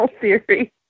theory